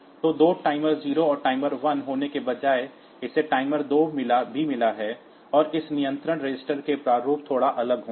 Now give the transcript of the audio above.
तो 2 टाइमर 0 और टाइमर 1 होने के बजाय इसे टाइमर 2 भी मिला है और इस नियंत्रण रजिस्टर के प्रारूप थोड़ा अलग होंगे